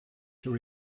your